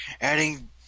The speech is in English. Adding